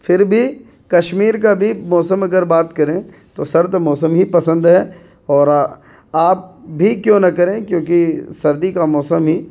پھر بھی کمشیر کا بھی موسم اگر بات کریں تو سرد موسم ہی پسند ہے اور آ آپ بھی کیوں نہ کریں کیونکہ سردی کا موسم ہی